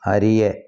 அறிய